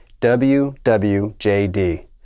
WWJD